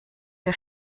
der